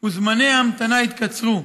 וזמני ההמתנה התקצרו.